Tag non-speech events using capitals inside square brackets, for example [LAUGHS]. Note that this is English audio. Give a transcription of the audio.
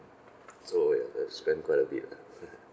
so ya I spend quite a bit ah [LAUGHS]